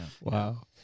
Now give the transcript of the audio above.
wow